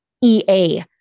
EA